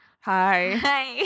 Hi